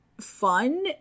fun